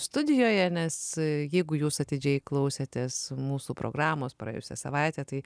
studijoje nes jeigu jūs atidžiai klausėtės mūsų programos praėjusią savaitę tai